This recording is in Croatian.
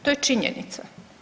To je činjenica.